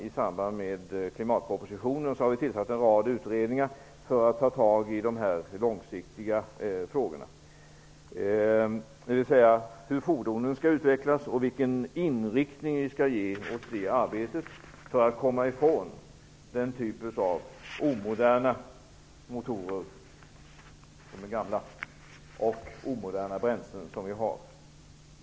I samband med klimatpropositionen tillsatte vi en rad utredningar för att ta tag i de mer långsiktiga frågorna, dvs. hur fordonen skall utvecklas och vilken inriktning vi skall ge det arbetet för att komma ifrån den typ av omoderna motorer och bränslen som vi har.